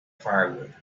firewood